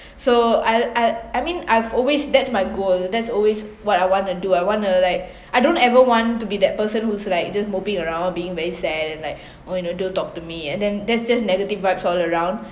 so I I I mean I've always that's my goal that's always what I want to do I wanna like I don't ever want to be that person who's like just moping around being very sad and like or you know don't talk to me and then there's just negative vibes all around